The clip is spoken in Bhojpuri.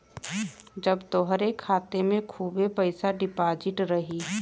जब तोहरे खाते मे खूबे पइसा डिपोज़िट रही